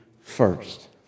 first